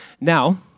Now